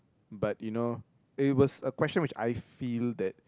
but you know it was a question which I feel that